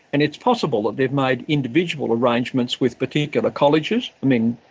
and it's possible that they've made individual arrangements with particular colleges. i mean,